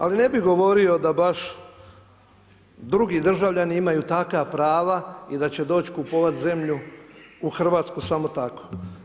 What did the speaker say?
Ali ne bih govorio da baš drugi državljani imaju takva prava i da će doći kupovati zemlju u Hrvatsku samo tako.